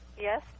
Yes